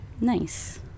Nice